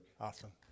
Awesome